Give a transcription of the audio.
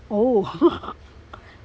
oh